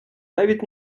навіть